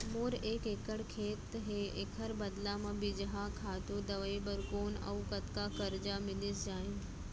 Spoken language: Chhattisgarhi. मोर एक एक्कड़ खेत हे, एखर बदला म बीजहा, खातू, दवई बर कोन अऊ कतका करजा मिलिस जाही?